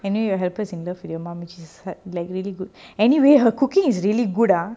I knew your helper's in love with your mum which had like really good anyway her cooking is really good ah